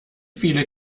viele